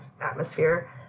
atmosphere